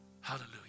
hallelujah